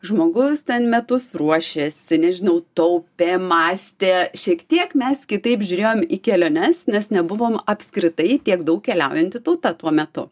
žmogus ten metus ruošėsi nežinau taupė mąstė šiek tiek mes kitaip žiūrėjom į keliones nes nebuvom apskritai tiek daug keliaujanti tauta tuo metu